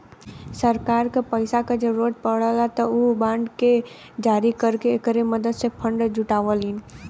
सरकार क पैसा क जरुरत पड़ला त उ बांड के जारी करके एकरे मदद से फण्ड जुटावलीन